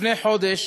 לפני חודש